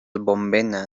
bonvena